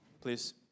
Please